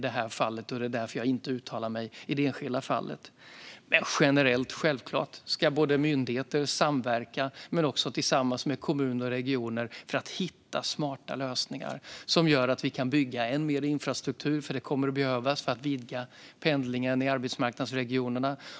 Det är därför jag inte uttalar mig i det enskilda fallet. Generellt sett ska myndigheter självklart samverka, även med kommuner och regioner, för att hitta smarta lösningar som gör att vi kan bygga än mer infrastruktur. Det kommer att behövas för att vidga pendlingen i arbetsmarknadsregionerna.